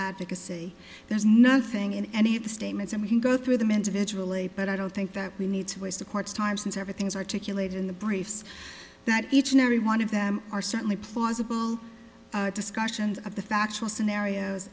advocacy there's nothing in any of the statements and we can go through them individually but i don't think that we need to waste a court's time since everything is articulated in the briefs that each and every one of them are certainly plausible discussions of the factual scenarios